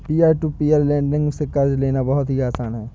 peer to peer lending से कर्ज लेना बहुत ही आसान है